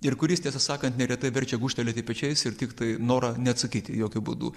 ir kuris tiesą sakant neretai verčia gūžtelėti pečiais ir tiktai norą neatsakyti jokiu būdu